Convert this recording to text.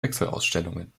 wechselausstellungen